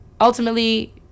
ultimately